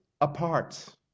apart